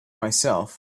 myself